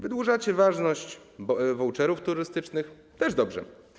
Wydłużacie ważność voucherów turystycznych - też dobrze.